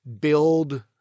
build